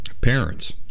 parents